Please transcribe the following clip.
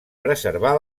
preservar